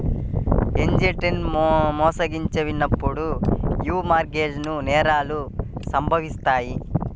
ఏజెంట్లచే మోసగించబడినప్పుడు యీ మార్ట్ గేజ్ నేరాలు సంభవిత్తాయి